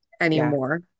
anymore